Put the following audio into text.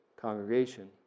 congregation